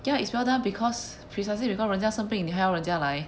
ya it's well done because precisely because 人家生病你还要人家来